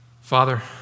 Father